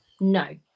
No